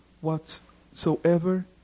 whatsoever